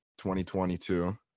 2022